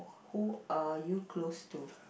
who are you close to